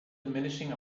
diminishing